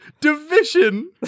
Division